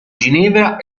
ginevra